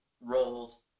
roles